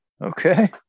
okay